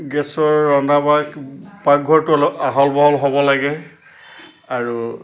গেছৰ ৰন্ধা বঢ়া পাকঘৰটো অলপ আহল বহল হ'ব লাগে আৰু